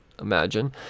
imagine